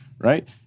right